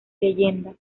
leyendas